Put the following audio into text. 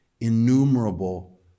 innumerable